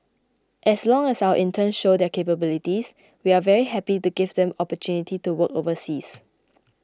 as long as our interns show their capabilities we are very happy to give them the opportunity to work overseas